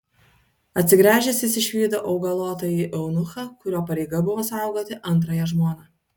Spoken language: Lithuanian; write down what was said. atsigręžęs jis išvydo augalotąjį eunuchą kurio pareiga buvo saugoti antrąją žmoną